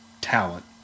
talent